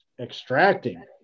extracting